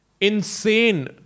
Insane